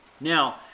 Now